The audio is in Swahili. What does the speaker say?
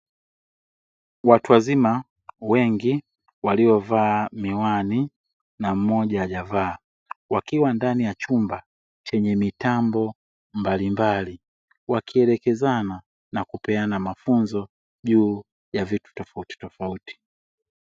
Watu wazima wengi waliovaa miwani na mmoja hajavaa wakiwa ndani ya chumba chenye mitambo mbalimbali, wakielekezana na kupeana mafunzo juu ya vitu tofautitofauti.